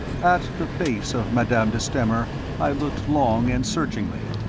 at the face of madame de stamer i looked long and searchingly.